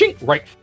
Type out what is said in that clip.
right